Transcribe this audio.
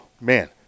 man